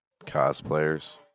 cosplayers